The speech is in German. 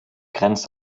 grenzt